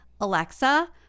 Alexa